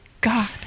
god